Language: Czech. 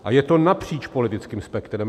A je to napříč politickým spektrem.